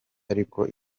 ariko